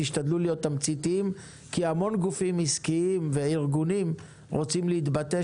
תשתדלו להיות תמציתיים כי המון גופים עסקיים וארגונים רוצים להתבטא,